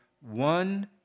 one